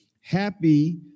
happy